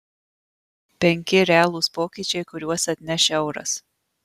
penki realūs pokyčiai kuriuos atneš euras